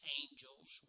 angels